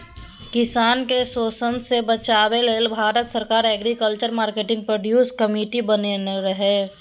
किसान केँ शोषणसँ बचेबा लेल भारत सरकार एग्रीकल्चर मार्केट प्रोड्यूस कमिटी बनेने रहय